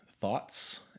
thoughts